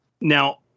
now